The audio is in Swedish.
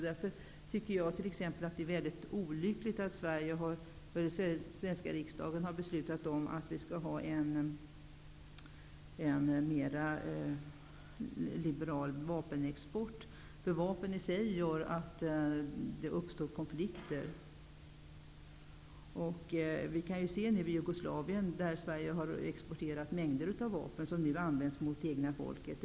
Därför tycker jag att det är mycket olyckligt att den svenska riksdagen har beslutat om en mer liberal vapenexport. Vapnen i sig gör att det uppstår konflikter. Vi kan se det i Jugosla vien, dit Sverige har exporterat mängder av va pen, som används mot det egna folket.